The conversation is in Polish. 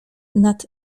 nad